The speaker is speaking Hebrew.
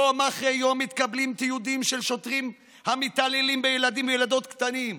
יום אחרי יום מתקבל תיעוד של שוטרים המתעללים בילדים וילדות קטנים.